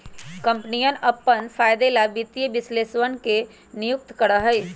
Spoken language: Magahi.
कम्पनियन अपन फायदे ला वित्तीय विश्लेषकवन के नियुक्ति करा हई